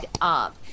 up